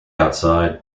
outside